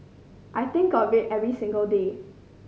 I think of it every single day